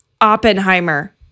Oppenheimer